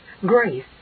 grace